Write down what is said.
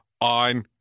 on